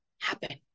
happen